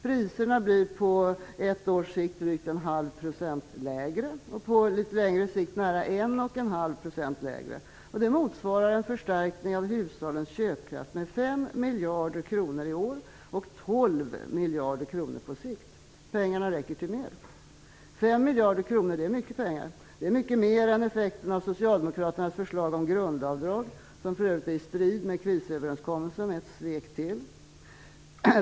Priserna blir på ett års sikt drygt 0,5 % lägre och på litet längre sikt nära 1,5 % lägre. Det motsvarar en förstärkning av hushållens köpkraft med 5 miljarder kronor i år och 12 miljarder kronor på sikt. Pengarna räcker till mer. 5 miljarder kronor är mycket pengar. Det är mycket mer än effekten av Socialdemokraternas förslag om grundavdrag, som för övrigt står i strid med krisöverenskommelsen, vilket är ytterligare ett svek.